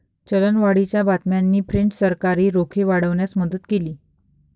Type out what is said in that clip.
चलनवाढीच्या बातम्यांनी फ्रेंच सरकारी रोखे वाढवण्यास मदत केली